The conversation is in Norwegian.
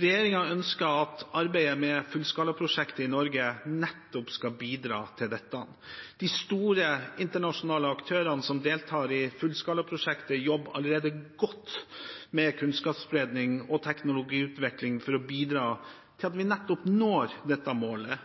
ønsker at arbeidet med fullskalaprosjektet i Norge nettopp skal bidra til dette. De store internasjonale aktørene som deltar i fullskalaprosjektet, jobber allerede godt med kunnskapsspredning og teknologiutvikling for å bidra til at vi nettopp når dette målet,